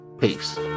Peace